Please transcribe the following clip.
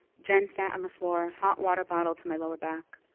jen sat on the floor, hot water bottle to my lower back.